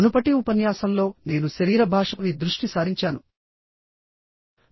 మునుపటి ఉపన్యాసంలో నేను శరీర భాషపై దృష్టి సారించానుఆపై ప్రాథమిక అంశాలు మరియు సార్వత్రిక విషయాల గురించి మీతో మాట్లాడాను